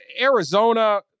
Arizona